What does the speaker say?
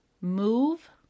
move